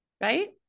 Right